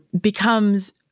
becomes